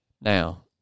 now